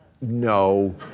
No